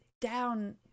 down